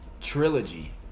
trilogy